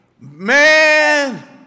man